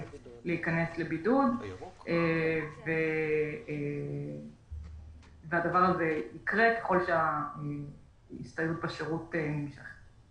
להיכנס לבידוד והדבר ייקרה ככל שההסתייעות בשירות נמשכת.